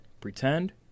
pretend